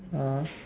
ah